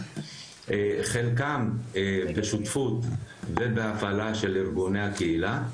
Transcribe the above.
חלקם בשותפות ובהפעלה של ארגוני הקהילה,